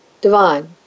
divine